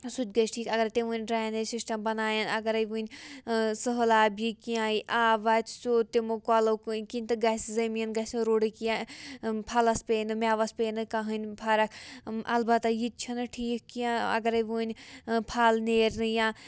سُہ تہِ گژھِ ٹھیٖک اگر تِم وٕنہِ ڈرٛینیج سِسٹَم بَناوَن اَگَرَے وٕنۍ سٔہلاب یی کینٛہہ آب واتہِ سیوٚد تِمو کۄلو کٕنۍ کِنۍ تہٕ گَژھِ زٔمیٖن گَژھِ نہٕ رُڈٕ کینٛہہ پھَلَس پیٚیہِ نہٕ مٮ۪وَس پیٚیہِ نہٕ کٕہٕنۍ فَرق البتہ یہِ تہِ چھِنہٕ ٹھیٖک کینٛہہ اَگَرے وٕنۍ پھَل نیرنہٕ یا